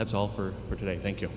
that's all for for today thank you